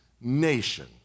nation